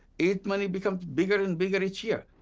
aid money becomes bigger and bigger each year.